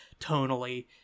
tonally